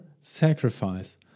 sacrifice